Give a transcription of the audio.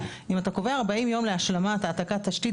אם אתה קובע 40 יום להעתקת תשתית,